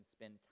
spend